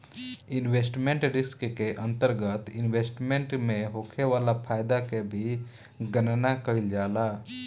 investment risk के अंतरगत investment से होखे वाला फायदा के भी गनना कईल जाला